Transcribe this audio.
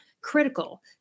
critical